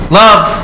love